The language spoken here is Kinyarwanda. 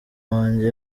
wanjye